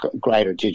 greater